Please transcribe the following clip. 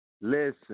Listen